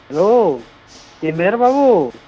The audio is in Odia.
ହ୍ୟାଲୋ କିଏ ମେହେର ବାବୁ